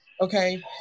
Okay